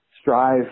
strive